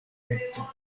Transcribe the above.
reto